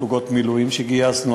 פלוגות מילואים שגייסנו,